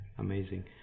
Amazing